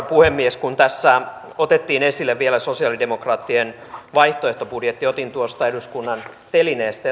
puhemies tässä otettiin esille vielä sosialidemokraattien vaihtoehtobudjetti otin sen tuosta eduskunnan telineestä ja